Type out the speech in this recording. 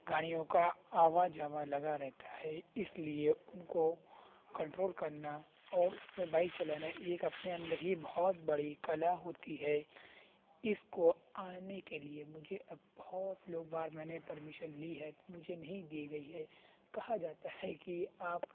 گاڑیوں کا آوا جاوا لگا رہتا ہے اس لیے ان کو کنٹرول کرنا اور اس میں بائک چلانا ایک اپنے اندر ہی یہ بہت بڑی کلا ہوتی ہے اس کو آنے کے لیے مجھے اب بہت لوگ بار میں نے پرمیشن لی ہے مجھے نہیں دی گئی ہے کہا جاتا ہے کہ آپ